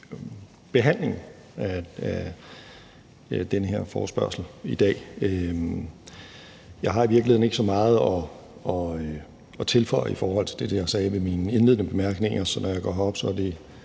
behandlingen af den her forespørgsel. Jeg har i virkeligheden ikke så meget at tilføje i forhold til det, som jeg sagde i mine indledende bemærkninger, så når jeg går herop, er det